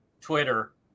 twitter